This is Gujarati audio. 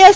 એસ